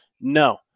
No